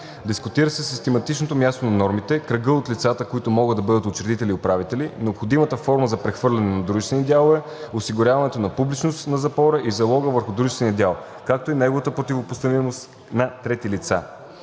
Дискутира се систематичното място на нормите, кръгът от лицата, които могат да бъдат учредители и управители, необходимата форма за прехвърляне на дружествени дялове, осигуряването на публичност на запора и залога върху дружествен дял, както и неговата противопоставимост на трети лица.